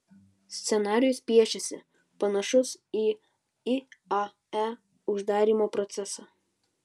scenarijus piešiasi panašus į iae uždarymo procesą